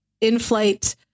in-flight